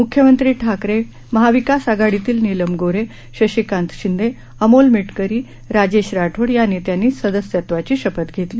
मुख्यमंत्री ठाकरे महाविकास आघाडीतील नीलम गोऱ्हे शशिकांत शिंदे अमोल मिटकरी राजेश राठोड या नेत्यांनी सदस्यत्वाची शपथ घेतली